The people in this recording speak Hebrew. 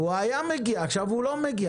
הוא היה מגיע, עכשיו הוא לא מגיע.